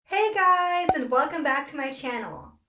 hey guys and welcome back to my channel.